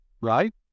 Right